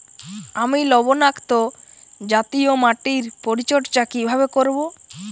আমি লবণাক্ত জাতীয় মাটির পরিচর্যা কিভাবে করব?